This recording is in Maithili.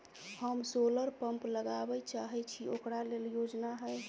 हम सोलर पम्प लगाबै चाहय छी ओकरा लेल योजना हय?